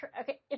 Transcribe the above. Okay